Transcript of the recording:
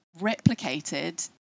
replicated